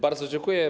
Bardzo dziękuję.